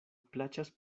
plaĉas